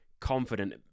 confident